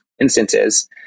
instances